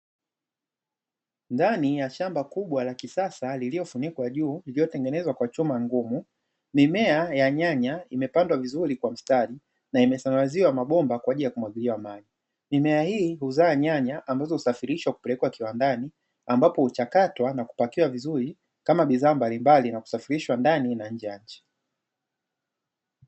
Ndani ya shamba kubwa la kisasa lililofunikwa juu, lililotengenezwa kwa chuma ngumu, mimea ya nyanya imepandwa vizuri kwa mstari na imesambaziwa mabomba kwa ajili ya kumwagiliwa maji. Mimea hii huzaa nyanya ambazo husafirishwa kupelekwa kiwandani, ambapo huchakatwa na kupakiwa vizuri kama bidhaa mbalimbali na kusafirishwa ndani na nje ya nchi.